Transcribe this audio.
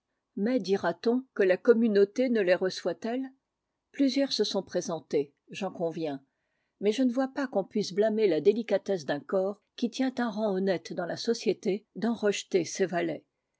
mais dira-t-on que la communauté ne les reçoit elle plusieurs se sont présentés j'en conviens mais je ne vois pas qu'on puisse blâmer la délicatesse d'un corps qui tient un rang honnête dans la société d'en rejeter ses valets